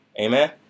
Amen